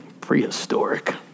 Prehistoric